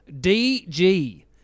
DG